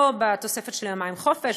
כמו בתוספת של יומיים חופש,